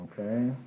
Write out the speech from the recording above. Okay